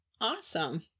Awesome